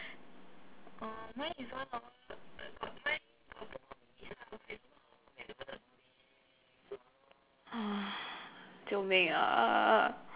救民啊